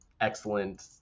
excellent